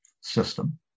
system